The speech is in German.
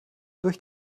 durch